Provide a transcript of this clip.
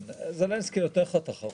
מי האחוז שלא מנצלים - החלשים ביותר הרי.